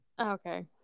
Okay